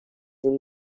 این